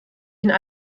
ihnen